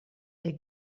they